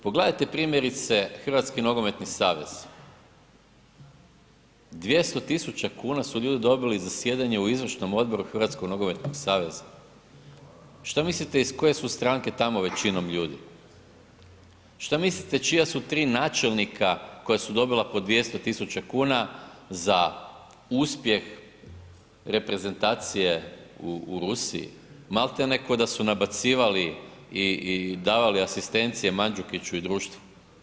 Pogledajte primjerice Hrvatski nogometni savez, 200.000 kuna su ljudi dobili za sjedenje u Izvršnom odboru Hrvatskog nogometnog saveza, šta mislite iz koje su stranke tamo većinom ljudi, šta mislite čija su 3 načelnika koja su dobila po 200 000 kuna za uspjeh reprezentacije u Rusiji, malti ne k'o da su nabacivali i davali asistencije Mandžukiću i društvu.